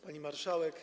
Pani Marszałek!